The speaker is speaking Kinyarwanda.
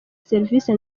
serivisi